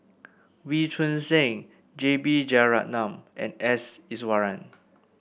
Wee Choon Seng J B Jeyaretnam and S Iswaran